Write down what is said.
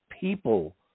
people